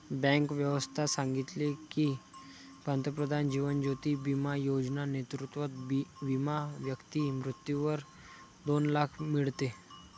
bank व्यवस्था सांगितले की, पंतप्रधान जीवन ज्योती बिमा योजना नेतृत्वात विमा व्यक्ती मृत्यूवर दोन लाख मीडते